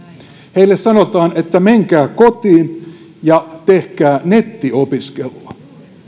heille sanotaan että menkää kotiin ja tehkää nettiopiskelua